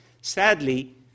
Sadly